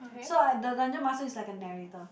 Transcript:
so I the dungeon master is like a narrator